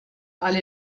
alle